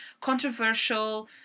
controversial